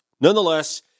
Nonetheless